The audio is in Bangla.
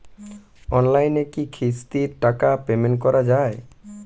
অনলাইনে কি কিস্তির টাকা পেমেন্ট করা যায়?